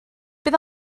bydd